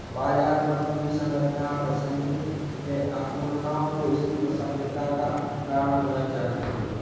बाजार में पूंजी संरचना अप्रासंगिक है, अपूर्णताओं को इसकी प्रासंगिकता का कारण होना चाहिए